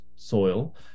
soil